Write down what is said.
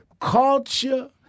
Culture